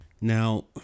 Now